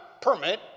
permit